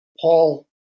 Paul